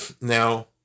Now